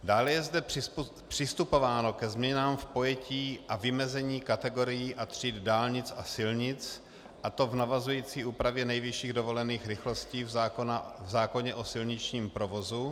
Dále je zde přistupováno ke změnám v pojetí a vymezení kategorií a tříd dálnic a silnic, a to v navazující úpravě nejvyšších dovolených rychlostí v zákoně o silničním provozu.